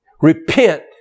Repent